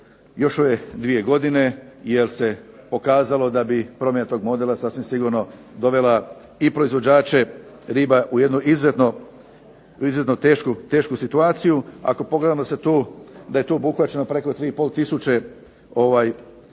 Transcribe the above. još ove dvije godine, jer se pokazalo da bi promjena tog modela sasvim sigurno dovela i proizvođače riba u jednu izuzetno tešku situaciju. Ako pogledamo da je tu obuhvaćeno preko 3 i pol tisuće